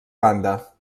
banda